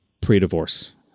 pre-divorce